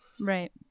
Right